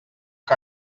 que